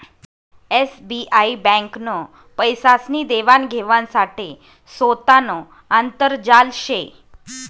SBI ब्यांकनं पैसासनी देवान घेवाण साठे सोतानं आंतरजाल शे